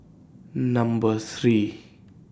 Number three